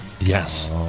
Yes